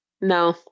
No